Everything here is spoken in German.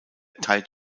tight